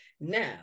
Now